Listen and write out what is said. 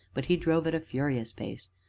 but he drove at a furious pace,